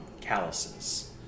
calluses